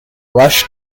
rush